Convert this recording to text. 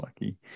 lucky